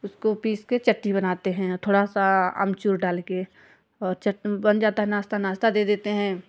उसको पीसकर चटनी बनाते हैं थोड़ा सा आमचूर डालकर और चटनी बन जाता है नाश्ता नाश्ता दे देते हैं